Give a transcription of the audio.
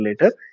later